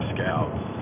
Scouts